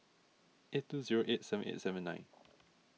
eight two zero eight seven eight seven nine